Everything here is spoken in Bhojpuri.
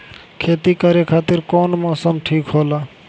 खेती करे खातिर कौन मौसम ठीक होला?